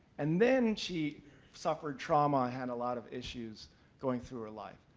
and then she suffered trauma and a lot of issues going through her life.